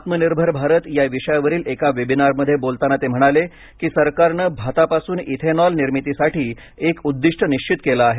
आत्मनिर्भर भारत या विषयावरील एका वेबिनारमध्ये बोलताना ते म्हणाले की सरकारने भातापासून इथेनॉल निर्मितीसाठी एक उद्दिष्ट निश्वित केलं आहे